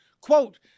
Quote